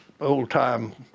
old-time